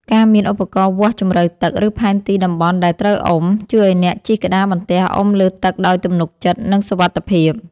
ការមានឧបករណ៍វាស់ជម្រៅទឹក ឬផែនទីតំបន់ដែលត្រូវអុំ ជួយឱ្យអ្នកជិះក្តារបន្ទះអុំលើទឹកដោយទំនុកចិត្ត និងសុវត្ថិភាព។